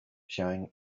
showing